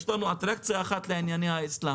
יש לנו אטרקציה אחת לענייני האסלאם,